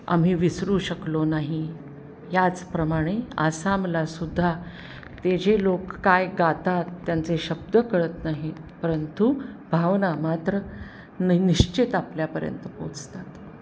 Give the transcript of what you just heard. आम्ही विसरू शकलो नाही याचप्रमाणे आसामलासुद्धा ते जे लोक काय गातात त्यांचे शब्द कळत नाहीत परंतु भावना मात्र निश्चित आपल्यापर्यंत पोहोचतात